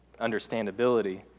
understandability